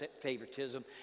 favoritism